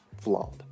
flawed